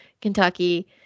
Kentucky